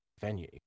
venue